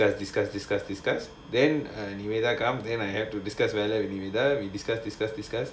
then we discuss discuss discuss discuss then err neveda come then I have to discuss whether are we done we discuss discuss discuss